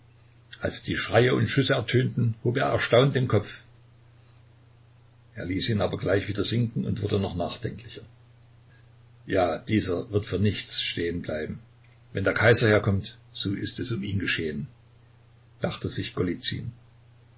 als die schreie und schüsse ertönten hob er erstaunt den kopf er ließ ihn aber gleich wieder sinken und wurde noch nachdenklicher ja dieser wird vor nichts stehen bleiben wenn der kaiser herkommt so ist es um ihn geschehen dachte sich